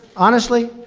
honestly,